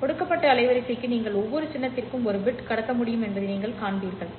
கொடுக்கப்பட்ட அலைவரிசைக்கு நீங்கள் ஒவ்வொரு சின்னத்திற்கும் ஒரு பிட் கடத்த முடியும் என்பதை நீங்கள் காண்பீர்கள்